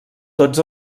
tots